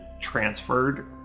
transferred